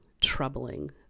troubling